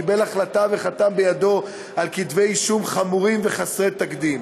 קיבל החלטה וחתם בידו על כתבי-אישום חמורים וחסרי תקדים.